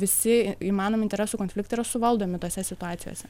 visi įmanomi interesų konfliktai yra suvaldomi tose situacijose